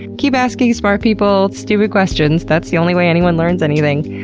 keep asking smart people stupid questions. that's the only way anyone learns anything.